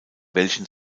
welchen